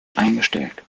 eingestellt